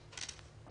בבקשה.